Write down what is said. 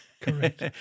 correct